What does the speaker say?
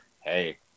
hey